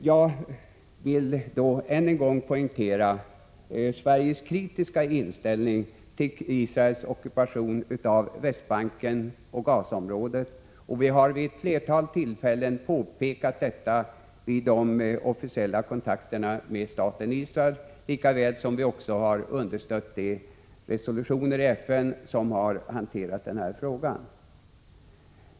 Jag vill än en gång poängtera Sveriges kritiska inställning till Israels ockupation av Västbanken och Gazaområdet. Vi har vid ett flertal tillfällen påpekat detta vid de officiella kontakterna med staten Israel, lika väl som vi har understött de resolutioner i FN som har gällt denna fråga.